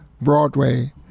Broadway